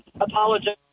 Apologize